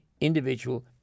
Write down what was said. individual